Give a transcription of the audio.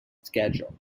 schedule